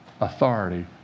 authority